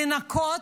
לנקות,